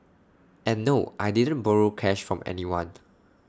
and no I didn't borrow cash from anyone